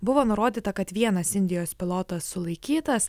buvo nurodyta kad vienas indijos pilotas sulaikytas